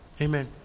Amen